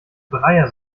breyer